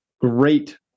great